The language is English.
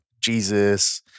Jesus